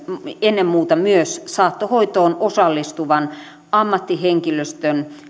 ennen muuta myös saattohoitoon osallistuvan ammattihenkilöstön